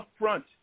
upfront